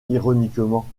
ironiquement